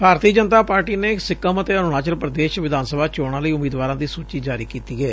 ਭਾਰਤੀ Janata Party ਨੇ ਸਿਕਮ ਅਤੇ ਅਰੁਣਾਚਲ ਪ੍ਦੇਸ਼ ਵਿਧਾਨ ਸਭਾ ਚੋਣਾਂ ਲਈ ਉਮੀਦਵਾਰਾਂ ਦੀ ਸੂਚੀ ਜਾਰੀ ਕੀਤੀ ਏ